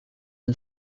and